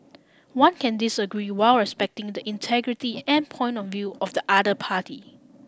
one can disagree while respecting the integrity and point of view of the other party